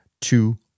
two